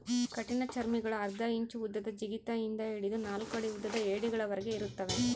ಕಠಿಣಚರ್ಮಿಗುಳು ಅರ್ಧ ಇಂಚು ಉದ್ದದ ಜಿಗಿತ ಇಂದ ಹಿಡಿದು ನಾಲ್ಕು ಅಡಿ ಉದ್ದದ ಏಡಿಗಳವರೆಗೆ ಇರುತ್ತವೆ